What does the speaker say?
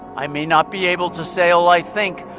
i may not be able to say all i think,